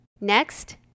Next